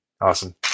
Awesome